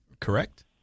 correct